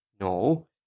No